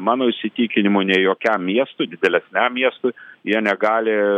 mano įsitikinimu ne jokiam miestui didėlesniam miestui jie negali